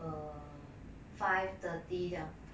err five thirty 这样